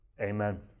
Amen